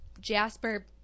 Jasper